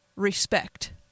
Respect